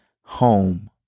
Home